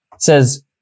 says